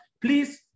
please